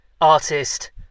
artist